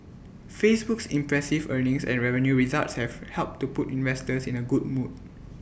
Facebook's impressive earnings and revenue results have helped to put investors in A good mood